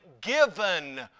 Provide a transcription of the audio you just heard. given